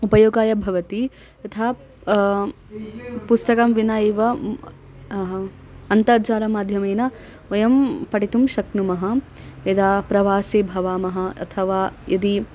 उपयोगाय भवति यथा पुस्तकं विना एव अहा अन्तर्जालमाध्यमेन वयं पठितुं शक्नुमः यदा प्रवासे भवामः अथवा यदि